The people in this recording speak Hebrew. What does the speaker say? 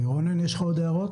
רונן, יש לך עוד הערות?